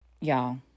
Y'all